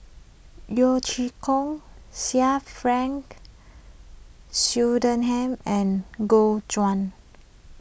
Yeo Chee Kiong Sir Frank Swettenham and Gu Juan